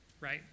right